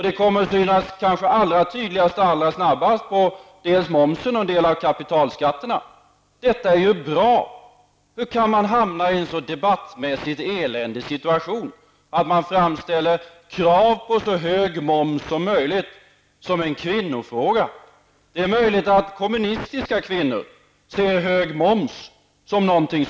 Det kommer att synas allra tydligast och allra snabbast på momsen och kapitalskatten. Det är bra. Hur kan man hamna i en debattmässigt så eländig situation att man framställer krav på så hög moms som möjligt som en kvinnofråga? Det är möjligt att kommunistiska kvinnor ser hög moms som något riktigt.